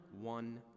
one